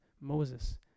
Moses